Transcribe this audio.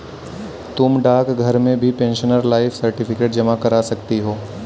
तुम डाकघर में भी पेंशनर लाइफ सर्टिफिकेट जमा करा सकती हो